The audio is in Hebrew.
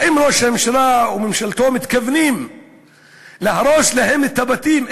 האם ראש הממשלה וממשלתו מתכוונים להרוס להם את הבתים,